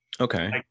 Okay